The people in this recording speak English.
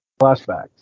Flashbacks